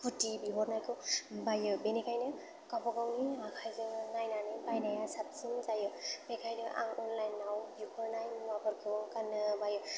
कुर्टि बिहरनायखौ बायो बिनिखायनो गावबा गावनि आखाइजों नायनानै बायनाया साबसिन जायो बेखायनो आं अनलाइनआव बिहरनाय मुवाखौ गाननो बायो